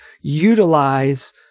utilize